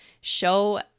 show